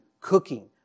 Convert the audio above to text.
cooking